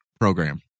program